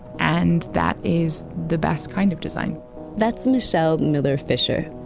and, that is the best kind of design that's michelle millar fisher.